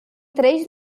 três